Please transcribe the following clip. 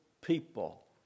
people